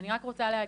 אני רק רוצה להגיד,